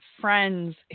friends